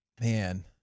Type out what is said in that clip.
Man